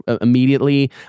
immediately